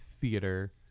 theater